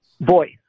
voice